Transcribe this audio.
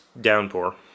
downpour